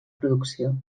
producció